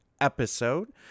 episode